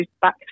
back